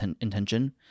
intention